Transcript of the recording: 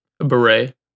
beret